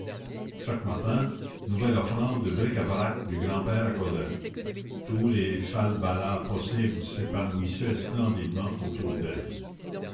chaque matin nouvelle offrande de bric-à-brac du grand-père à cosette tous les falbalas possibles s'épanouissaient splendidement autour d'elle